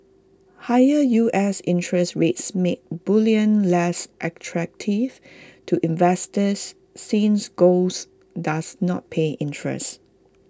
higher U S interest rates make bullion less attractive to investors since golds does not pay interest